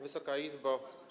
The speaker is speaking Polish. Wysoka Izbo!